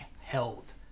held